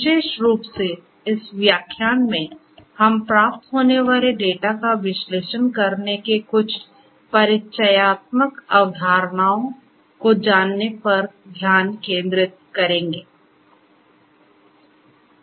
विशेष रूप से इस व्याख्यान में हम प्राप्त होने वाले डेटा का विश्लेषण करने के कुछ परिचयात्मक अवधारणाओं को जानने पर ध्यान केंद्रित करेंगे